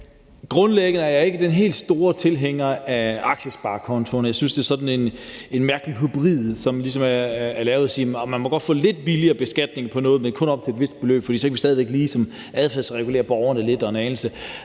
Grundlæggende er jeg ikke den helt store tilhænger af aktiesparekontoen. Jeg synes, det er sådan en mærkelig hybrid, som ligesom er lavet sådan, at man godt må få en lidt billigere beskatning på noget, men kun op til et vist beløb, for så kan vi stadig væk adfærdsregulere borgerne en anelse.